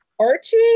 Archie